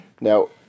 Now